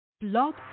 Blog